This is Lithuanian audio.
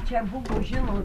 čia buvo žino